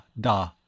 da